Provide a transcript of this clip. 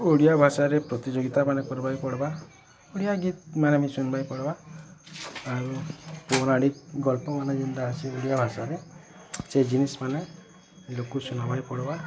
ଓଡ଼ିଆ ଭାଷାରେ ପ୍ରତିଯୋଗିତା ମାନେ କର୍ବାକେ ପଡ଼୍ବା ଓଡ଼ିଆ ଗୀତ ମାନେ ଶୁନ୍ବାକେ ପଡ଼୍ବା ଆଉ ପୌରାଣିକ ଗଳ୍ପ ମାନେ ଯେନ୍ତା ଅଛି ଓଡ଼ିଆ ଭାଷାରେ ସେ ଜିନିଷ ମାନେ ଶୁନ୍ବାକେ ପଡ଼୍ବା